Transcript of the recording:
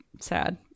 sad